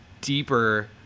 deeper